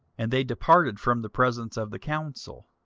and they departed from the presence of the council,